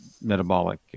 metabolic